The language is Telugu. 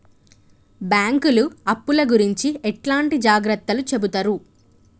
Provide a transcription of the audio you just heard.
బ్యాంకులు అప్పుల గురించి ఎట్లాంటి జాగ్రత్తలు చెబుతరు?